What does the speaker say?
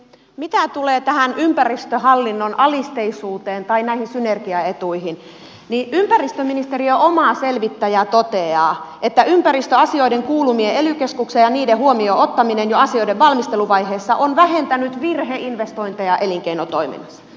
mitä tulee tähän ympäristöhallinnon alisteisuuteen tai näihin synergiaetuihin niin ympäristöministeriön oma selvittäjä toteaa että ympäristöasioiden kuuluminen ely keskukseen ja niiden huomioon ottaminen jo asioiden valmisteluvaiheessa on vähentänyt virheinvestointeja elinkeinotoiminnassa